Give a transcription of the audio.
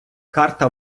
карта